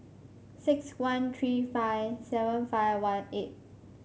six one three five seven five one eight